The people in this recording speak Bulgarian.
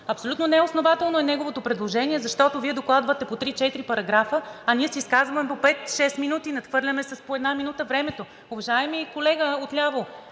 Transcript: Абсолютно неоснователно е неговото предложение, защото Вие докладвате по три-четири параграфа, а ние се изказваме по пет-шест минути, надхвърляме с по една минута времето. Уважаеми колега отляво,